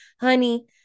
honey